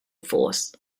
force